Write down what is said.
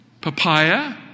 Papaya